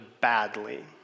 badly